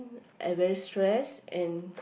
I very stress and